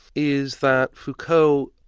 is that foucault,